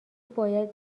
باید